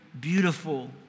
beautiful